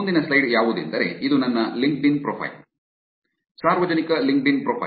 ಮುಂದಿನ ಸ್ಲೈಡ್ ಯಾವುದೆಂದರೆ ಇದು ನನ್ನ ಲಿಂಕ್ಡ್ಇನ್ ಪ್ರೊಫೈಲ್ ಸಾರ್ವಜನಿಕ ಲಿಂಕ್ಡ್ಇನ್ ಪ್ರೊಫೈಲ್